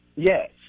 Yes